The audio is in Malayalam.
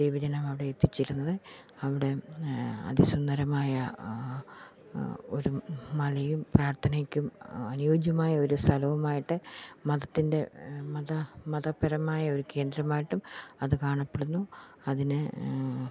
ദൈവജനം അവിടെ എത്തിച്ചേരുന്നത് അവിടെയും അതിസുന്ദരമായ ഒരു മലയും പ്രാർത്ഥനയ്ക്കും അനുയോജ്യമായ ഒരു സ്ഥലവുമായിട്ട് മതത്തിൻ്റെ മത മതപരമായ ഒരു കേന്ദ്രമായിട്ടും അത് കാണപ്പെടുന്നു അതിന്